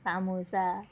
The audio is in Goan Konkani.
सामोसा